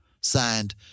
Signed